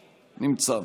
נמצא.